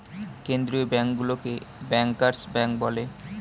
কেন্দ্রীয় ব্যাঙ্কগুলোকে bankers bank বলে